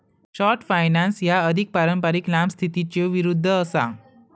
short finance ह्या अधिक पारंपारिक लांब स्थितीच्यो विरुद्ध असा